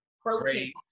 protein